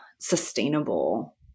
sustainable